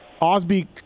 osby